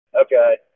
Okay